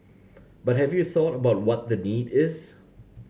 but have you thought about what the need is